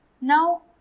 Now